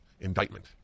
indictment